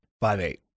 Five-eight